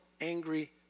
angry